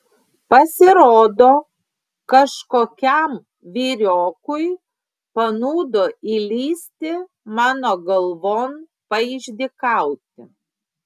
pasirodo kažkokiam vyriokui panūdo įlįsti mano galvon paišdykauti